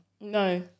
no